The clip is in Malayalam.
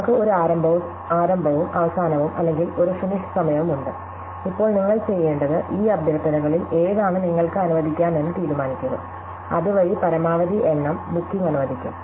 നമുക്ക് ഒരു ആരംഭവും അവസാനവും അല്ലെങ്കിൽ ഒരു ഫിനിഷ് സമയവുമുണ്ട് ഇപ്പോൾ നിങ്ങൾ ചെയ്യേണ്ടത് ഈ അഭ്യർത്ഥനകളിൽ ഏതാണ് നിങ്ങൾക്ക് അനുവദിക്കാമെന്ന് തീരുമാനിക്കുക അതുവഴി പരമാവധി എണ്ണം ബുക്കിംഗ് അനുവദിക്കും